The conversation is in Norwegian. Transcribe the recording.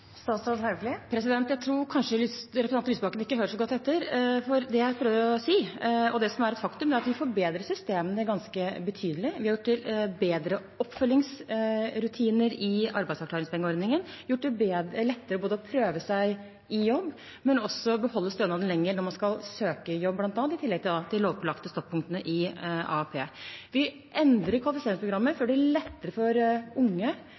Jeg tror kanskje representanten Lysbakken ikke hører så godt etter, for det jeg prøver å si, og det som er et faktum, er at vi forbedrer systemene ganske betydelig. Vi har fått bedre oppfølgingsrutiner i arbeidsavklaringspengeordningen. Vi har gjort det lettere å både prøve seg i jobb og beholde stønaden lenger når man skal søke jobb bl.a., i tillegg til de lovpålagte stoppunktene i AAP. Vi endrer kvalifiseringsprogrammet for å gjøre det lettere for unge